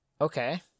Okay